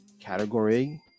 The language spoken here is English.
category